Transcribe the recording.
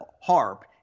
harp